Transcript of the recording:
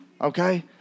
Okay